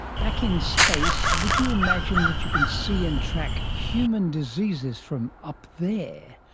back in space, would you imagine that you could see and track human diseases from up there?